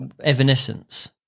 Evanescence